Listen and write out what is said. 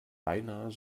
beinahe